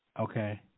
Okay